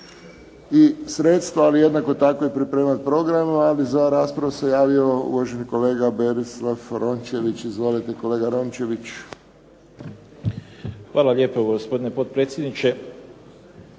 i sredstva ali jednako tako pripremati programe. Za raspravu se javio uvaženi kolega Berislav Rončević. Izvolite kolega. **Rončević, Berislav (HDZ)** Hvala lijepo gospodine potpredsjedniče.